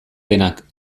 denak